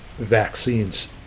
vaccines